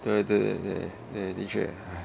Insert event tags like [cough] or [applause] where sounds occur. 对对对对的确 [noise]